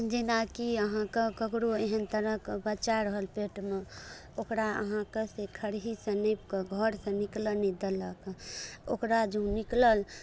जेना कि अहाँके ककरो एहन तरहक बच्चा रहल पेटमे ओकरा अहाँके से खरही सॅं नापि कऽ से घर से निकलऽ नहि देलक ओकरा जँ निकलल